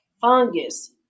fungus